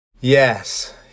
Yes